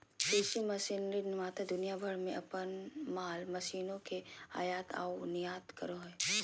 कृषि मशीनरी निर्माता दुनिया भर में अपन माल मशीनों के आयात आऊ निर्यात करो हइ